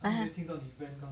I have